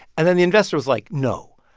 and then the investor was like, no,